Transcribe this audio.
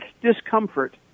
discomfort